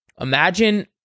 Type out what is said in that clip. Imagine